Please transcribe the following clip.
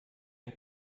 ein